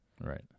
Right